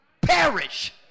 perish